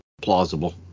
plausible